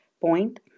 point